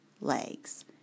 legs